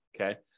Okay